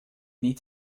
need